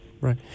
right